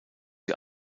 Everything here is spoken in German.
wie